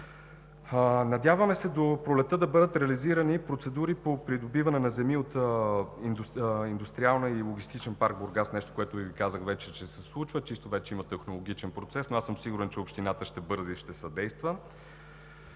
Надяваме се до пролетта да бъдат реализирани процедури по придобиване на земи от „Индустриален и логистичен парк – Бургас“, нещо, за което Ви казах, че се случва и вече има технологичен процес, но аз съм сигурен, че общината ще бърза и ще съдейства.